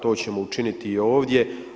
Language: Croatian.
To ćemo učiniti i ovdje.